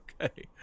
Okay